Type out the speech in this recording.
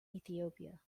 ethiopia